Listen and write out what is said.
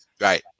Right